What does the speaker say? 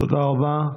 תודה רבה.